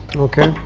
okay.